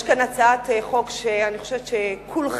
יש כאן הצעת חוק שאני חושבת שכולכם,